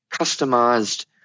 customized